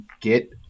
get